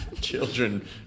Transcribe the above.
children